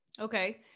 Okay